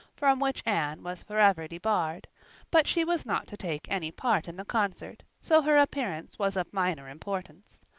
from which anne was forever debarred but she was not to take any part in the concert, so her appearance was of minor importance.